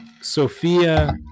Sophia